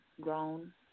grown